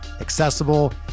accessible